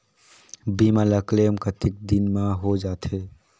बीमा ला क्लेम कतेक दिन मां हों जाथे?